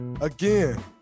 Again